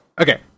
Okay